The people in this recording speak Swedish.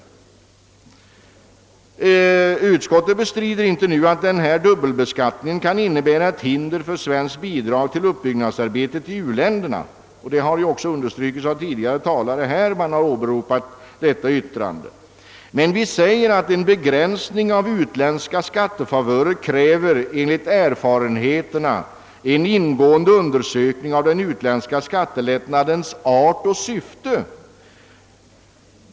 Utskottet bestrider inte att gällande dubbelbeskattning kan innebära ett hinder för svenskt bidrag till uppbyggnadsarbetet i utvecklingsländerna. Tidigare talare har åberopat detta utskottets uttalande. Utskottet skriver emellerid att det av propositionen framgår att avgränsningen av utländska skatte favörer erfarenhetsmässigt kräver ingående undersökning av den utländska skattelättnadens art och syfte.